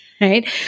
Right